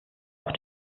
auch